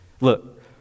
Look